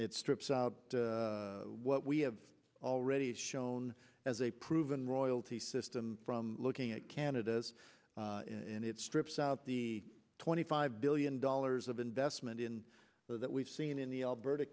strips out what we have already shown as a proven royalty system from looking at canada's in its strips out the twenty five billion dollars of investment in that we've seen in the alberta